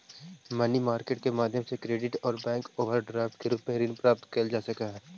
money market के माध्यम से क्रेडिट और बैंक ओवरड्राफ्ट के रूप में ऋण प्राप्त कैल जा सकऽ हई